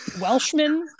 welshman